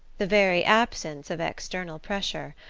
the very absence of external pressure,